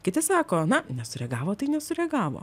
kiti sako na nesureagavo tai nesureagavo